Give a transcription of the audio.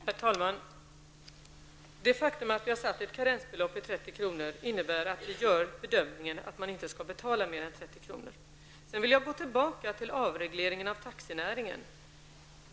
Herr talman! Det faktum att vi har satt ett karensbelopp till 30 kr. innebär att vi gör bedömningen att man inte skall betala mer än 30 kr. Sedan vill jag gå tillbaka till avregleringen av taxinäringen.